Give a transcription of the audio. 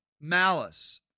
malice